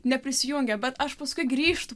neprisijungia bet aš paskui grįžtu